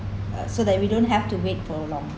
uh so that we don't have to wait for uh long